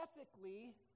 ethically